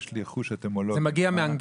יש לי חוש אטימולוגי --- אדוני, זה מגיע מאנגלית